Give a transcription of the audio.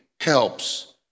helps